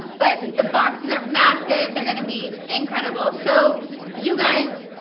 but the boxes are massive. they're gonna be incredible. so you guys,